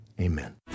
Amen